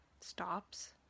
stops